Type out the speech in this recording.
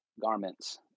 garments